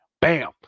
Bam